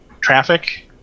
traffic